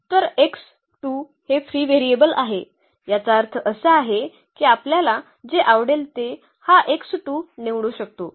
तर x 2 हे free variable आहे याचा अर्थ असा आहे की आपल्याला जे आवडेल ते हा x 2 निवडू शकतो